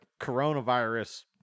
coronavirus